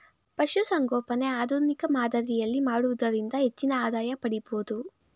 ಪಶುಸಂಗೋಪನೆ ಆಧುನಿಕ ಮಾದರಿಯಲ್ಲಿ ಮಾಡುವುದರಿಂದ ಹೆಚ್ಚಿನ ಆದಾಯ ಪಡಿಬೋದು